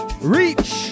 Reach